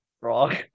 Wrong